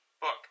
book